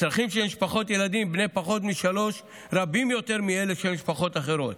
הצרכים של משפחות עם ילדים בני פחות משלוש רבים יותר משל משפחות אחרות,